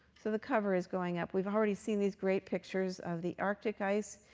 so the cover is going up. we've already seen these great pictures of the arctic ice.